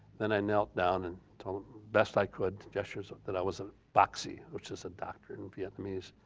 then i knelt down and told him best i could gestures that i was a boxy, which is a doctor in vietnamese.